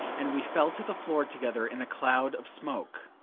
and we fell to the floor together in a cloud of smoke